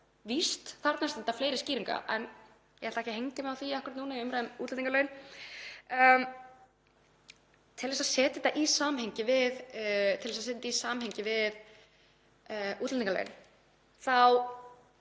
Víst þarfnast þetta fleiri skýringa, en ég ætla ekki að hengja mig á það akkúrat núna í umræðum um útlendingalögin. Til að setja þetta í samhengi við útlendingalögin þá